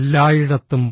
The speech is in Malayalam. എല്ലായിടത്തും